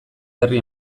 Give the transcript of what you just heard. berri